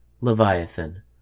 Leviathan